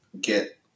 get